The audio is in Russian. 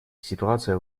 ситуация